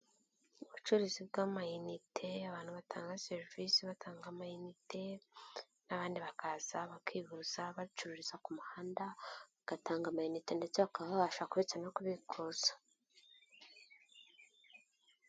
Ubucuruzi bw'amayinite abantu batanga serivisi batanga amayinite n'abandi bakaza bakihuza bacururiza ku muhanda bagatanga amayinite ndetse bakaba babasha kubitsa no kubikuza.